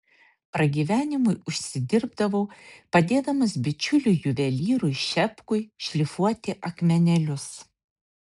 pragyvenimui užsidirbdavau padėdamas bičiuliui juvelyrui šepkui šlifuoti akmenėlius